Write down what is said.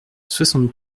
soixante